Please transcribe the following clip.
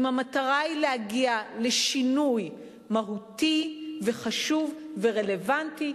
אם המטרה היא להגיע לשינוי מהותי וחשוב ורלוונטי,